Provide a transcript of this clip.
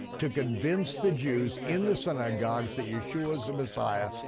to convince the jews in the synagogues that yeshua is the messiah,